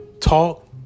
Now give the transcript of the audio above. talk